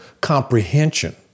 comprehension